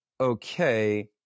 okay